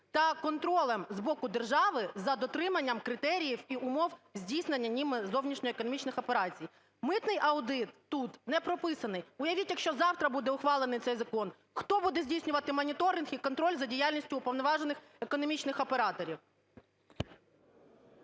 та контролем з боку держави за дотриманням критеріїв і умов здійснення ними зовнішньоекономічних операцій. Митний аудит тут не прописаний. Уявіть, якщо завтра буде ухвалений цей закон, хто буде здійснювати моніторинг і контроль за діяльністю уповноважених економічних операторів?